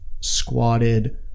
squatted